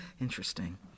Interesting